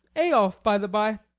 eyolf, by the bye!